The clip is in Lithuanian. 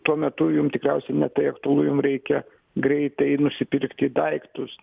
tuo metu jum tikriausiai ne tai aktualu jum reikia greitai nusipirkti daiktus